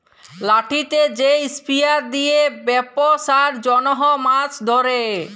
লাঠিতে যে স্পিয়ার দিয়ে বেপসার জনহ মাছ ধরে